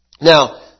Now